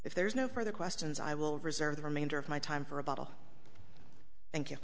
if there's no further questions i will reserve the remainder of my time for a bottle thank you